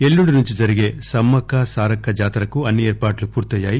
ఎల్లుండి నుంచి జరిగే సమ్మక్క సారక్క జాతరకు అన్ని ఏర్పాట్లు పూర్తయ్యాయి